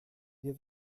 wir